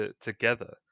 together